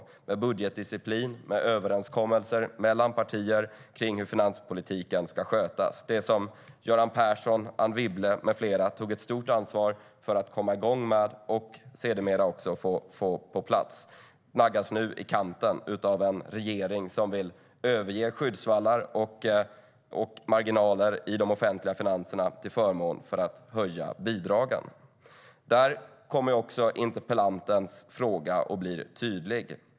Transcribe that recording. Det handlar om budgetdisciplin och överenskommelser mellan partier om hur finanspolitiken ska skötas. Det som Göran Persson, Anne Wibble med flera tog ett stort ansvar för att komma igång med och sedermera också få på plats naggas nu i kanten av en regering som vill överge skyddsvallar och marginaler i de offentliga finanserna till förmån för att höja bidragen. Där blir också interpellantens fråga tydlig.